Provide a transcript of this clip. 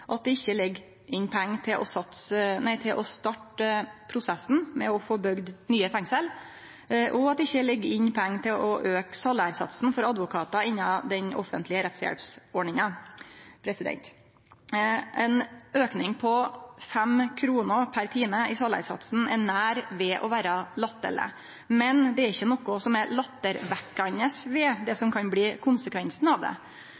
at det ikkje ligg inne pengar til å starte prosessen med å få bygd nye fengsel, og at det ikkje ligg inne pengar til å auke salærsatsen for advokatar innan den offentlege rettshjelpsordninga. Ein auke på 5 kr per time i salærsatsen er nær ved å vere latterleg, men det er ikkje noko lattervekkjande ved det som kan bli konsekvensen av dette. Vi må ha ei ordning for fri rettshjelp som fungerer til det